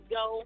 go